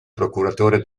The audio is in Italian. procuratore